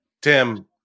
Tim